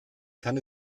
kann